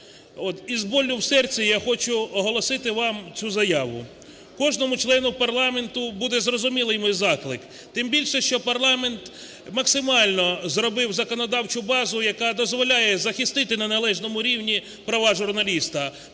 Із болем в серці я хочу оголосити вам цю заяву. Кожному члену парламенту буде зрозумілий мій заклик. Тим більше, що парламент максимально зробив законодавчу базу, яка дозволяє захистити на належному рівні права журналіста.